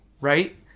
right